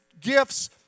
gifts